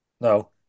No